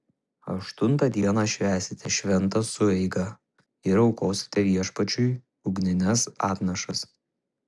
aštuntą dieną švęsite šventą sueigą ir aukosite viešpačiui ugnines atnašas